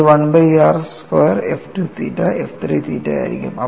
അത് 1 by r square f2 theta f3 theta ആയിരിക്കും